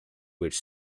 which